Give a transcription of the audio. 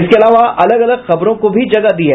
इसके अलावा अलग अलग खबरों को भी जगह दी है